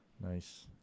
Nice